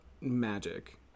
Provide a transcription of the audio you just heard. magic